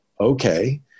okay